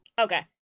Okay